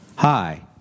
Hi